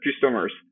customers